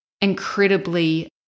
incredibly